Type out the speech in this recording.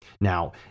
Now